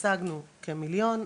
השגנו כמיליון,